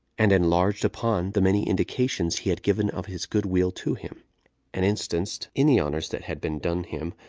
and enlarged upon the many indications he had given of his good-will to him and instanced in the honors that had been done him,